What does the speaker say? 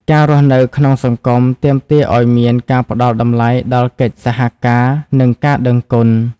ការរស់នៅក្នុងសង្គម ទាមទារឱ្យមានការផ្ដល់តម្លៃដល់កិច្ចសហការ និងការដឹងគុណ។